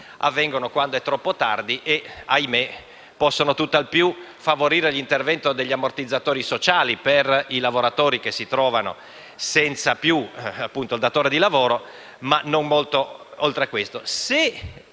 istituiti quando è troppo tardi e, ahimè, possono tutt'al più favorire l'intervento degli ammortizzatori sociali per i lavoratori che si trovano senza più il datore di lavoro, ma non molto oltre questo.